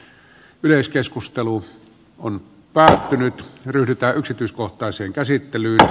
käsittelyn pohjana on päättynyt ryhdytä yksityiskohtaisen käsittelyynsä